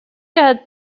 had